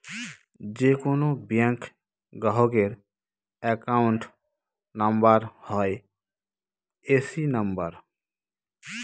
যে কোনো ব্যাঙ্ক গ্রাহকের অ্যাকাউন্ট নাম্বার হয় এ.সি নাম্বার